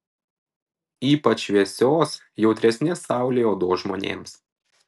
ypač šviesios jautresnės saulei odos žmonėms